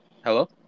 Hello